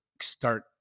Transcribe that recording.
start